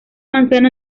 manzana